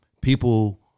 people